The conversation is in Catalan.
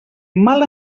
mal